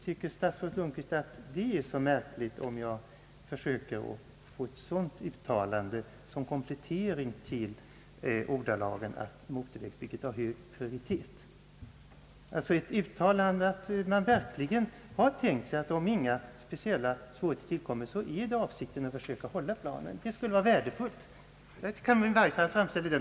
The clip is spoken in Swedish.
Tycker statsrådet Lundkvist att det är så märkligt om jag försöker få ett sådant uttalande som komplettering till uttalandet att motorvägsbygget har hög prioritet? Det skulle ha varit värdefullt om vi fått det.